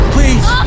Please